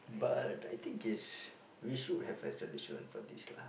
but I think is we should have resolution for this lah